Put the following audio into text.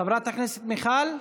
חברת הכנסת מיכל,